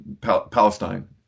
Palestine